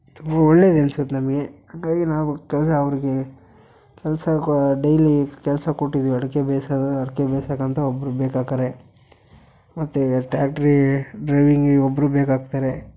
ತುಂಬ ಒಳ್ಳೇದು ಎನ್ಸತ್ತೆ ನಮಗೆ ಹಾಗಾಗಿ ನಾವು ಕೆಲಸ ಅವ್ರಿಗೆ ಕೆಲಸ ಕೋ ಡೈಲಿ ಕೆಲಸ ಕೊಟ್ಟಿದೀವಿ ಅಡಿಕೆ ಬೇಯ್ಸೋದು ಅಡಿಕೆ ಬೇಯ್ಸೋಕಂತ ಒಬ್ಬರು ಬೇಕಾಕಾರೆ ಮತ್ತು ಟ್ಯಾಕ್ಟ್ರಿ ಡ್ರೈವಿಂಗಿಗೆ ಒಬ್ಬರು ಬೇಕಾಗ್ತಾರೆ